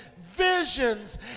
visions